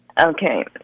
Okay